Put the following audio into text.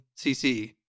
CC